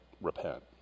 repent